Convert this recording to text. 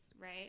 right